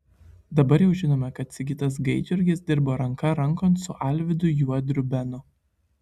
dabar jau žinome kad sigitas gaidjurgis dirbo ranka rankon su alvydu juodriu benu